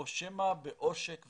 או שמא מדובר בעושק והונאה.